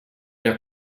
der